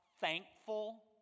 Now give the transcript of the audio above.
thankful